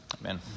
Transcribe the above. Amen